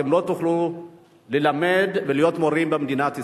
לא תוכלו ללמד ולהיות מורים במדינת ישראל.